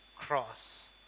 cross